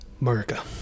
America